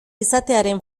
izatearen